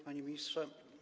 Panie Ministrze!